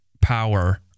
power